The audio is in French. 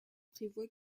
prévoit